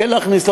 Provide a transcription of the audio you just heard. כן להכניס,